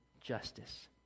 justice